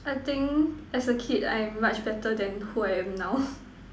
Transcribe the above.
I think as a kid I am much better than who I am now